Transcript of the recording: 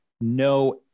no